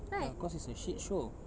ya cause it's a shit show